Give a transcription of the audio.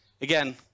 again